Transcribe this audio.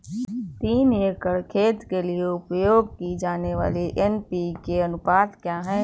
तीन एकड़ खेत के लिए उपयोग की जाने वाली एन.पी.के का अनुपात क्या है?